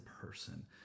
person